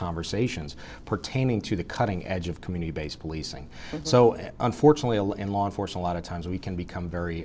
conversations pertaining to the cutting edge of community based policing so unfortunately all in law enforce a lot of times we can become very